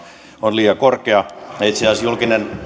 on liian korkea ja itse asiassa julkinen